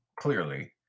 clearly